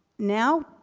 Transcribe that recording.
now,